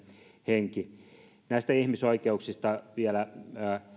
henki näistä ihmisoikeuksista vielä